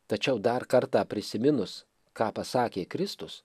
tačiau dar kartą prisiminus ką pasakė kristus